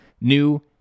new